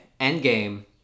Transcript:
Endgame